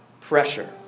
pressure